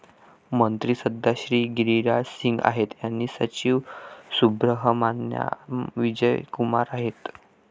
मंत्री सध्या श्री गिरिराज सिंग आहेत आणि सचिव सुब्रहमान्याम विजय कुमार आहेत